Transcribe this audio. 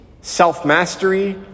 self-mastery